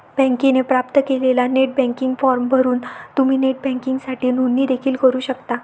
बँकेने प्राप्त केलेला नेट बँकिंग फॉर्म भरून तुम्ही नेट बँकिंगसाठी नोंदणी देखील करू शकता